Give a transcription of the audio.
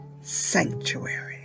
sanctuary